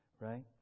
Right